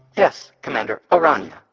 yes, commander o'rania